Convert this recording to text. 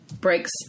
breaks